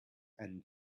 and